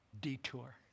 detour